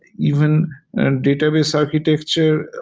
even and database architecture,